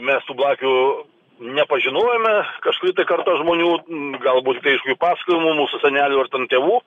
mes tų blakių nepažinojome kažkuri tai karta žmonių galbūt kai pasakojimų mūsų senelių ar ten tėvų